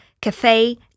cafe